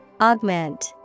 Augment